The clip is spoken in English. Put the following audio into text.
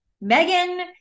Megan